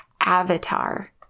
Avatar